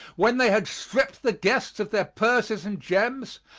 when they had stripped the guests of their purses and gems,